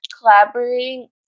collaborating